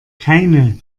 keine